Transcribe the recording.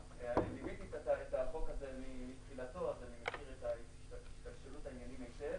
ליוויתי את החוק הזה מתחילתו ואני מכיר היטב את השתלשלות העניינים.